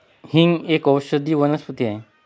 हिंग एक औषधी वनस्पती आहे